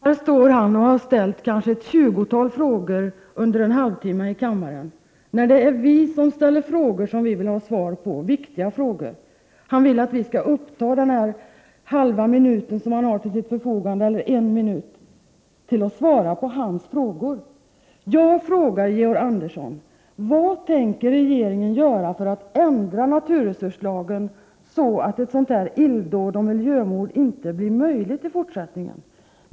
Fru talman! Jag tycker uppriktigt synd om Georg Andersson. Han har under en halvtimme till oss ställt kanske ett tjugotal frågor, trots att det är vi som till honom skall ställa viktiga frågor som vi vill ha svar på. Han vill att vi skall ta i anspråk den minut som vi har till förfogande, för att svara på hans frågor. Jag frågar Georg Andersson: Vad tänker regeringen göra för att ändra naturresurslagen så, att ett sådant här illdåd och miljömord inte blir möjligt i fortsättningen?